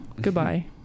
Goodbye